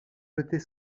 jeter